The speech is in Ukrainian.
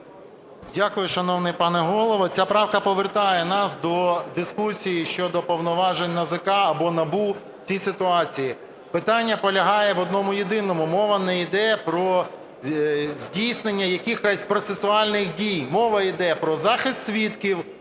Дякую, шановний пане Голово. Ця правка повертає нас до дискусії щодо повноважень НАЗК або НАБУ в цій ситуації. Питання полягає в одному-єдиному, мова не йде про здійснення якихось процесуальних дій. Мова йде про захист свідків.